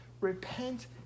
repent